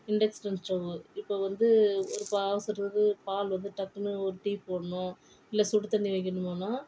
induction stove இப்போ வந்து ஒரு அவசரத்துக்கு பால் வந்து டக்குன்னு ஒரு டீ போடணும் இல்லை சுடுதண்ணி வைக்கணுமுனால்